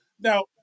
Now